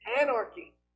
anarchy